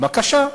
בבקשה.